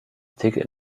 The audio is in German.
ticket